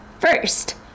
First